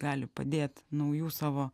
gali padėt naujų savo